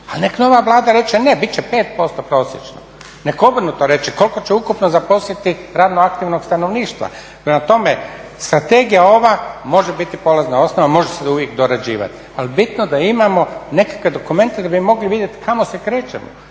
Ali neka nova Vlada reče ne bit će 5% prosječno nek obrnuto reče, koliko će ukupno zaposliti radno aktivnog stanovništva. Prema tome, strategija ova može biti polazna osnova može se uvijek dorađivati, ali bitno je da imamo nekakve dokumente da bi mogli vidjeti kamo se krećemo